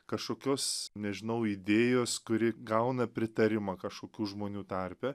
kašokios nežinau idėjos kuri gauna pritarimą kašokių žmonių tarpe